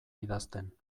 idazten